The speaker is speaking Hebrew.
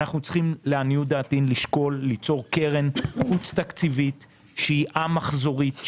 אנחנו צריכים לעניות דעתי לשקול ליצור קרן חוץ-תקציבית שהיא א-מחזורית,